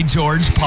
George